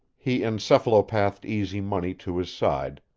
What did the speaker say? he encephalopathed easy money to his side,